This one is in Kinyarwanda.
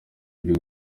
ibiri